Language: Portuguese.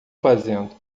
fazendo